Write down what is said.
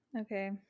Okay